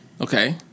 Okay